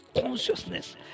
consciousness